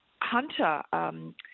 Hunter